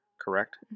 correct